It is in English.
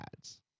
ads